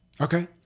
okay